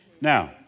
Now